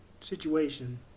situation